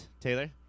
Taylor